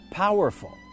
powerful